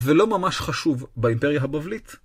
זה לא ממש חשוב באימפריה הבבלית